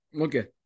Okay